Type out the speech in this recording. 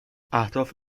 اهداف